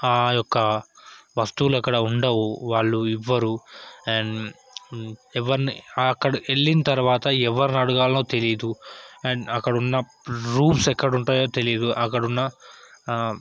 ఆ యొక్క వస్తువులు అక్కడ ఉండవు వాళ్ళు ఇవ్వరు అండ్ ఎవరిని అక్కడ వెళ్ళిన తర్వాత ఎవరిని అడగాలో తెలియదు అండ్ అక్కడ ఉన్న రూమ్స్ ఎక్కడ ఉంటాయో తెలియదు అక్కడ ఉన్న